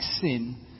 sin